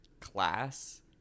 class